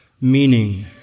meaning